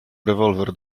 rewolwer